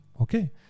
okay